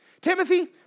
Timothy